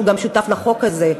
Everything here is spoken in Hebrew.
שהוא גם שותף לחוק הזה,